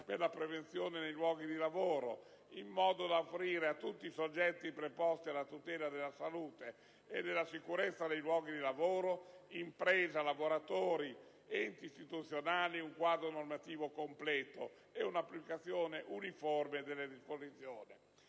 per la prevenzione nei luoghi di lavoro, in modo da offrire a tutti i soggetti preposti alla tutela della salute e della sicurezza nei luoghi di lavoro (imprese, lavoratori, enti istituzionali) un quadro normativo completo ed un'applicazione uniforme delle disposizioni;